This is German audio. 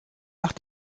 mach